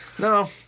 No